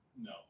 No